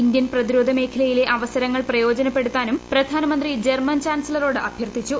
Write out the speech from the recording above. Indian പ്രതിരോധ മേഖലയിലെ അവസരങ്ങൾ പ്രയോജനപ്പെടുത്താനും പ്രധാനമന്ത്രി ജർമ്മൻ ചാൻസലറോട് അഭ്യർത്ഥിച്ചു